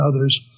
others